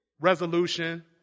resolution